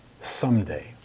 someday